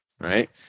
Right